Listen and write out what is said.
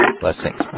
Blessings